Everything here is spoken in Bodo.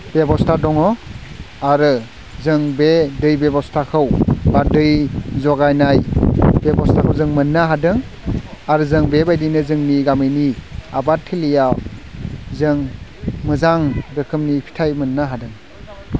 बेबस्ता दङ आरो जों बे दै बेबस्ताखौ बा दै जगायनाय बेबस्ताखौ जों मोननो हादों आरो जों बेबायदिनो जोंनि गामिनि आबाद थिलियाव जों मोजां रोखोमनि फिथाइ मोननो हादों